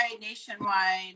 nationwide